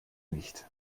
nicht